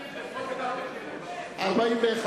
קבוצת סיעת רע"ם-תע"ל וקבוצת האיחוד הלאומי לסעיף 39 לא נתקבלה.